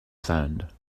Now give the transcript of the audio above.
sound